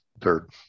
third